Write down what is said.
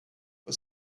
for